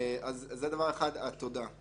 אז זה דבר אחד תודה.